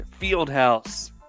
Fieldhouse